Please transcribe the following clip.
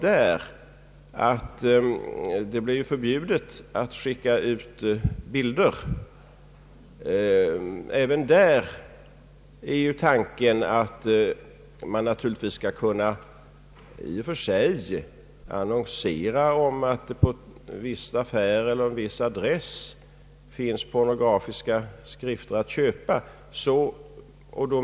Det kommer ju att bli förbjudet att skicka ut bilder. Även där är emellertid tanken att man naturligtvis i och för sig skall kunna annonsera om att i en viss affär eller på en viss adress finns pornografiska skrifter att köpa.